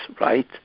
right